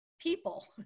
people